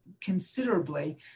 considerably